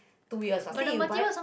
two years or say you buy